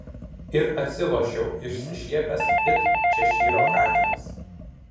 ir atsilošiau išsišiepęs it češyro katinas